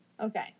okay